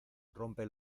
rompe